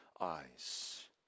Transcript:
eyes